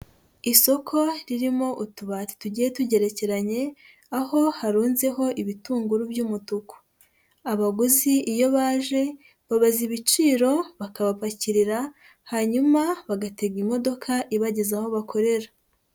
Isoko ririmo utubati tugiye tugerekeranye, aho harunzeho ibitunguru by'umutuku. Abaguzi iyo baje babaza ibiciro, bakabapakirira hanyuma bagatega imodoka ibageza aho bakorera.